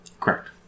Correct